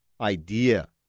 idea